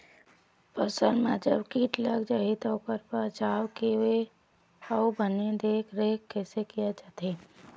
फसल मा जब कीट लग जाही ता ओकर बचाव के अउ बने देख देख रेख कैसे किया जाथे?